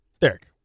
Derek